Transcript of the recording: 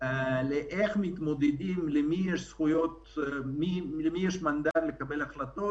לבחינת דרך ההתמודדות ולמי יש מנדט לקבל החלטות.